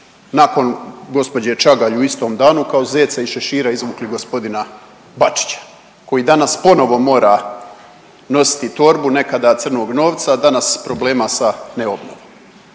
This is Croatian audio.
nakon gospođe Čagalj u istom danu kao zeca iz šešira izvukli gospodina Bačića koji danas ponovo mora nositi torbu nekada crnog novca, danas problema sa …/Govornik